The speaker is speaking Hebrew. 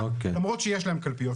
למרות שיש להם קלפיות.